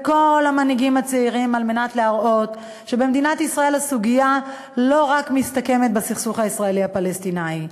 כדי להראות שבמדינת ישראל הסוגיה לא מסתכמת רק בסכסוך הישראלי פלסטיני.